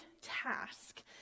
task